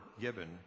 given